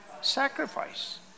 sacrifice